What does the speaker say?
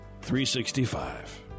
365